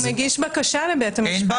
הוא מגיש בקשה לבית המשפט.